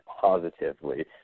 positively